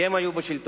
כי הם היו בשלטון.